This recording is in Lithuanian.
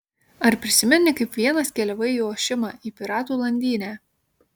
ar prisimeni kaip vienas keliavai į ošimą į piratų landynę